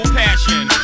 passion